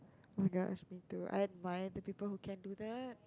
oh-my-gosh me too I admire the people who can do that